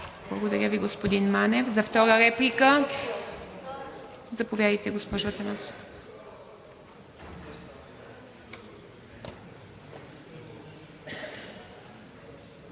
Благодаря Ви, господин Манев. Втора реплика? Заповядайте, госпожо Атанасова.